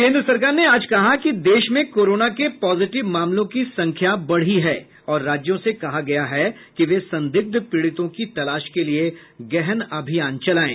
केंद्र सरकार ने आज कहा कि देश में कोरोना के पॉजिटिव मामलों की संख्या बढ़ी है और राज्यों से कहा गया है कि वे संदिग्ध पीडितों की तलाश के लिए गहन अभियान चलायें